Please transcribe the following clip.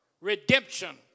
redemption